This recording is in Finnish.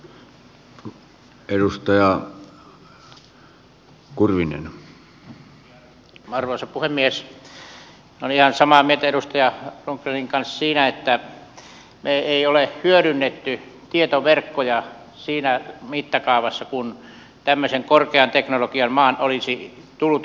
olen ihan samaa mieltä edustaja rundgrenin kanssa siinä että me emme ole hyödyntäneet tietoverkkoja siinä mittakaavassa kuin tämmöisen korkean teknologian maan olisi tullut hyödyntää